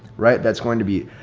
right? that's going to be,